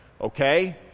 okay